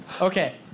Okay